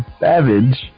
savage